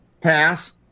pass